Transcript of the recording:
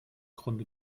grunde